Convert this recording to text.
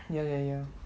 ya ya ya